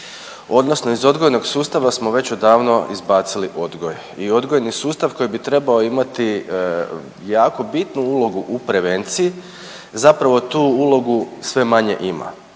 odnosno iz odgojnog sustava smo već odavno izbacili odgoj i odgojni sustav koji bi trebao imati jako bitnu ulogu u prevenciji zapravo tu ulogu sve manje ima.